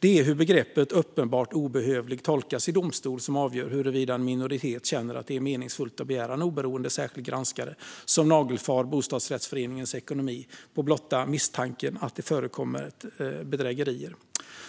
Det är hur begreppet "uppenbart obehövlig" tolkas i domstol som avgör huruvida en minoritet känner att det är meningsfullt att begära en oberoende särskild granskare som nagelfar bostadsrättsföreningens ekonomi på blotta misstanken att det förekommit bedrägerier.